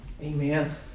Amen